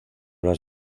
las